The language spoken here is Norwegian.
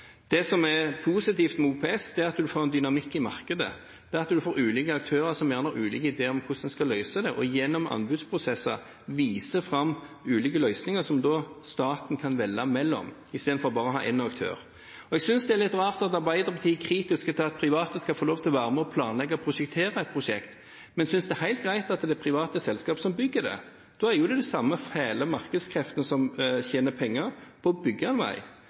Det som er positivt med OPS, er at en får en dynamikk i markedet. En får ulike aktører som gjerne har ulike idéer om hvordan en skal løse noe, og som gjennom anbudsprosesser viser fram ulike løsninger som staten kan velge mellom, istedenfor bare å ha én aktør. Jeg synes det er litt rart at Arbeiderpartiet er kritisk til at private skal få lov til å være med å planlegge og prosjektere et prosjekt, men synes det er helt greit at det er private selskaper som bygger det. Da er det jo de samme fæle markedskreftene som tjener penger på å bygge en vei,